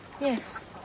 Yes